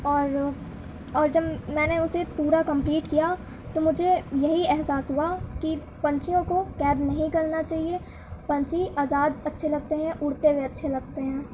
اور اور جب میں نے اسے پورا کمپلیٹ کیا تو مجھے یہی احساس ہوا کہ پنچھیوں کو قید نہیں کرنا چاہیے پنچھی آزاد اچّھے لگتے ہیں اڑتے ہوئے اچّھے لگتے ہیں